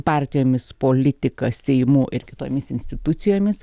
partijomis politika seimu ir kitomis institucijomis